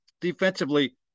defensively